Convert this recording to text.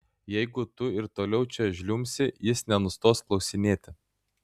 jeigu tu ir toliau čia žliumbsi jis nenustos klausinėti